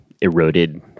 eroded